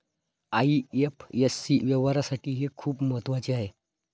IFSC व्यवहारासाठी हे खूप महत्वाचे आहे